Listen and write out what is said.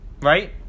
Right